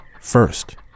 First